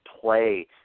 play